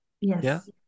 Yes